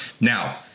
now